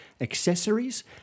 accessories